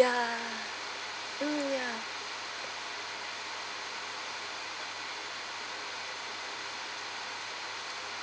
ya mm ya